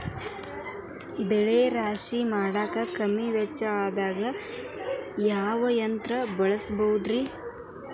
ಬೆಳೆ ರಾಶಿ ಮಾಡಾಕ ಕಮ್ಮಿ ವೆಚ್ಚದಾಗ ಯಾವ ಯಂತ್ರ ಬಳಸಬಹುದುರೇ?